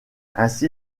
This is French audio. ainsi